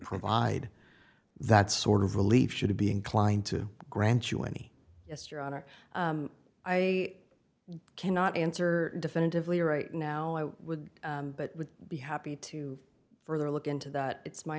provide that sort of relief should it be inclined to grant you any yes your honor i cannot answer definitively right now i would but would be happy to further look into that it's my